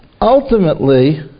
Ultimately